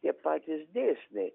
tie patys dėsniai